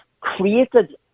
created